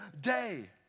day